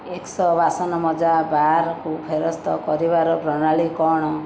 exo ବାସନମଜା ବାର୍କୁ ଫେରସ୍ତ କରିବାର ପ୍ରଣାଳୀ କ'ଣ